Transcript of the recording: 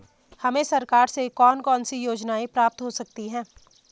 हमें सरकार से कौन कौनसी योजनाएँ प्राप्त हो सकती हैं?